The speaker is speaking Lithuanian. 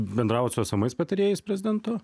bendravot su esamais patarėjais prezidento